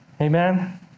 Amen